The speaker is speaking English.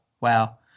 Wow